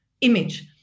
image